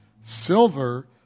silver